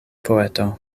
poeto